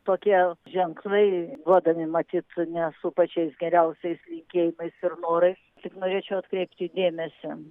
tokie ženklai duodami matyt ne su pačiais geriausiais linkėjimais ir norais tik norėčiau atkreipti dėmesį